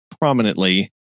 prominently